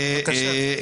בבקשה.